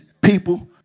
people